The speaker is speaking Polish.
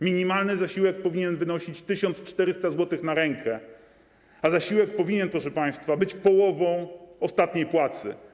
Minimalny zasiłek powinien wynosić 1400 zł na rękę, a zasiłek powinien, proszę państwa, stanowić połowę ostatniej płacy.